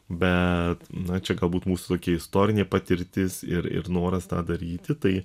bet na čia galbūt mūsų tokia istorinė patirtis ir ir noras tą daryti tai